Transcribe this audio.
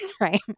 right